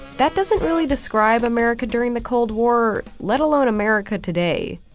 that doesn't really describe america during the cold war let alone america today.